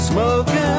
Smoking